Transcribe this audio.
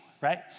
right